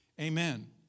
Amen